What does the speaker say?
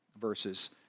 verses